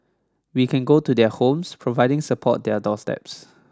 we can go to their homes providing support their doorsteps